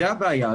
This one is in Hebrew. זאת הבעיה,